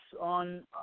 on